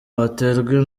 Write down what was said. baterwa